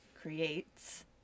creates